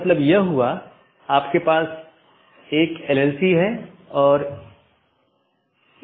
प्रत्येक AS के पास इष्टतम पथ खोजने का अपना तरीका है जो पथ विशेषताओं पर आधारित है